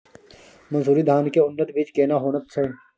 मन्सूरी धान के उन्नत बीज केना होयत छै?